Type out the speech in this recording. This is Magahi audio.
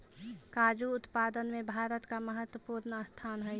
काजू उत्पादन में भारत का महत्वपूर्ण स्थान हई